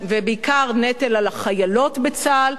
ובעיקר נטל על החיילות בצה"ל,